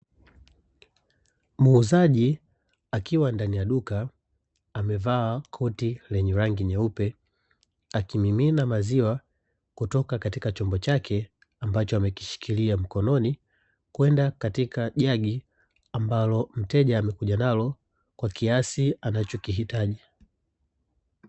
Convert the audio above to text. Muuzaji akiwa ndani ya duka, amevaa koti lenye rangi nyeupe, akimimina maziwa kutoka katika chombo chake ambacho amekishikilia mkononi kwenda katika jagi ambalo mteja amekuja nalo kwa kiasi anachokihitaji.